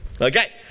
Okay